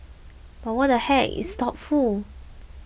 but what the heck it's thoughtful